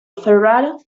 ferrara